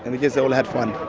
and we just all had fun.